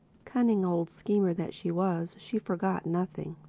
cunning old schemer that she was, she forgot nothing.